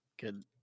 Good